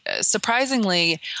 Surprisingly